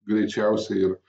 greičiausiai ir